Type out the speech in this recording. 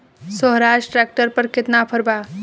सोहराज tractor पर केतना offer बा?